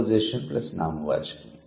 preposition plus నామవాచకం